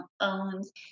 owns